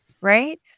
right